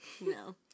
No